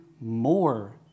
more